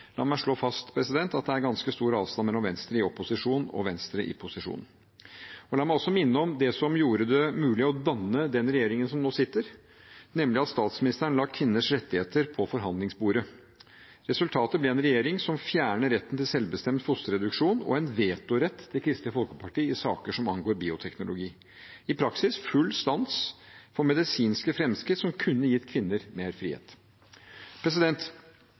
la meg slå fast at det er ganske stor avstand mellom Venstre i opposisjon og Venstre i posisjon. La meg også minne om det som gjorde det mulig å danne den regjeringen som sitter nå, nemlig at statsministeren la kvinners rettigheter på forhandlingsbordet. Resultatet ble en regjering som fjerner retten til selvbestemt fosterreduksjon, og en vetorett til Kristelig Folkeparti i saker som angår bioteknologi – i praksis full stans for medisinske framskritt som kunne gitt kvinner mer frihet.